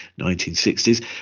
1960s